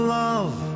love